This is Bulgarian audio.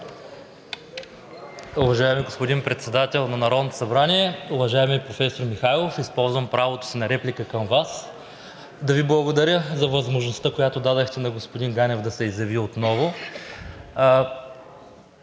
Уважаеми господин Председател на Народното събрание! Уважаеми професор Михайлов, използвам правото си на реплика към Вас и да Ви благодаря за възможността, която дадохте на господин Ганев, да се изяви отново.